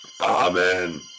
Amen